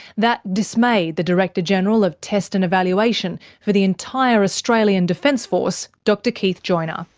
that dismayed the director general of test and evaluation for the entire australian defence force, dr keith joiner.